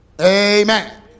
amen